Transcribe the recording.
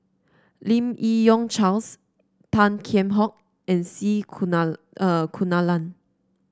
Lim Yi Yong Charles Tan Kheam Hock and C Kunalan